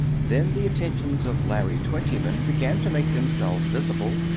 then the attentions of larry twentyman began to make themselves visible,